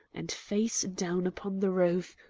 and, face down upon the roof,